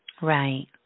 Right